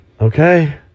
Okay